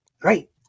great